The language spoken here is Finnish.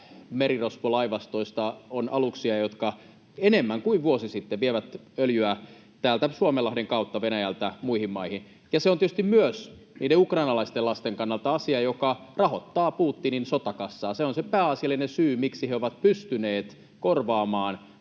merirosvolaivastoista on aluksia, jotka — enemmän nyt kuin vuosi sitten — vievät öljyä Suomenlahden kautta Venäjältä muihin maihin. Ja se on tietysti myös niiden ukrainalaisten lasten kannalta asia, joka rahoittaa Putinin sotakassaa. Pääasiallinen syy, miksi he ovat pystyneet korvaamaan putkilla